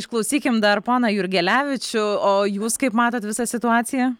išklausykim dar poną jurgelevičių o jūs kaip matot visą situaciją